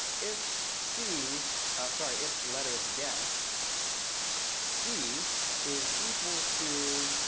if c sorry. if lettersguessed c is equal to